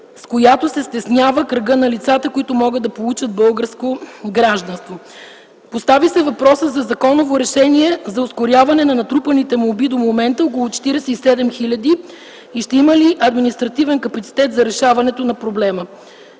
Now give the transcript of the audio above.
с която се стеснява кръгът на лицата, които могат да получат българско гражданство. Постави се въпросът за законово решение за ускоряване на натрупаните молби до момента - около 47 хиляди, и ще има ли административен капацитет за решаването на проблема.